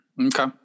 Okay